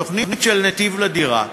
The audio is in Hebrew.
התוכנית "נתיב לדירה",